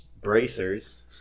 bracers